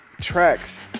tracks